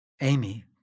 Amy